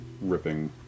ripping